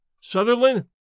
Sutherland